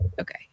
okay